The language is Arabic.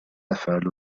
أفعل